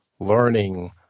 learning